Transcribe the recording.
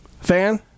fan